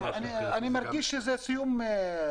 ש --- אני מרגיש עכשיו כמו באיזה סיום קורס.